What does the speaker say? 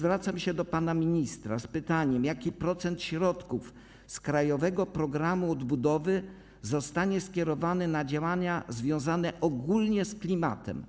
Zwracam się do pana ministra z pytaniem: Jaki procent środków z Krajowego Programu Odbudowy zostanie skierowany na działania związane ogólnie z klimatem?